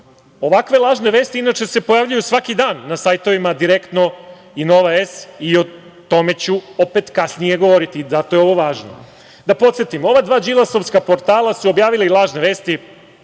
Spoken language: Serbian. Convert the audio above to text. štampu. Ovakve lažne vesti inače se pojavljuju svaki dan na sajtovima „Direktno“ i „Nova S“ i o tome ću opet kasnije govoriti. Zato je ovo važno. Da podsetim, ova dva đilasovska portala su objavila i lažne vesti